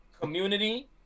Community